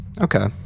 Okay